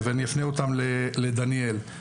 לסגירת קצוות עם משרד האוצר ומשרד המשפטים